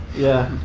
yeah.